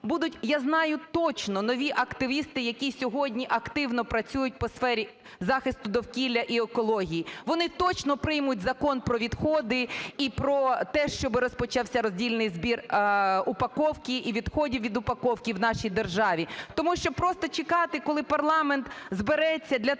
я знаю точно, нові активісти, які сьогодні активно працюють по сфері захисту довкілля і екології. Вони точно приймуть закон про відходи і про те, щоб розпочався роздільний збір упаковки і відходів від упаковки в нашій державі, тому що просто чекати, коли парламент збереться для того,